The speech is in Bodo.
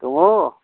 दङ